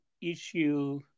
issue